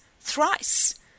thrice